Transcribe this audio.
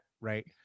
right